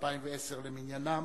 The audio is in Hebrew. למניינם,